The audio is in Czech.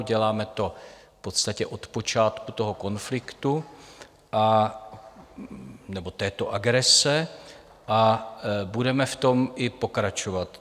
Děláme to v podstatě od počátku toho konfliktu nebo této agrese a budeme v tom i pokračovat.